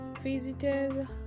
visitors